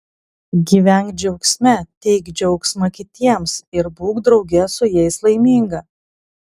gyvenk džiaugsme teik džiaugsmą kitiems ir būk drauge su jais laiminga